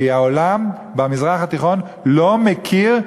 כי העולם במזרח התיכון לא מכיר,